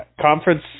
conference